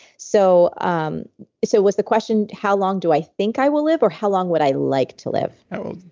so um so was the question how long do i think i will live or how long would i like to live? well,